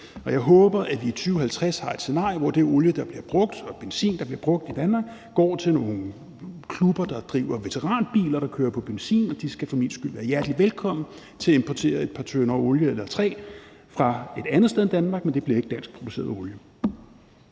Jeg håber, at vi i 2050 har et scenarie, hvor den olie og benzin, der bliver brugt i Danmark, går til nogle klubber, der driver veteranbiler, som kører på benzin, og de skal for min skyld være hjertelig velkomne til at importere et par tønder olie eller tre fra et andet sted end Danmark – men det bliver ikke danskproduceret olie.